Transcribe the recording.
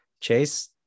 Chase